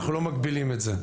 אנחנו לא מגבילים את זה.